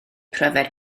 pryfed